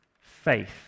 faith